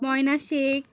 Moyna Sheikh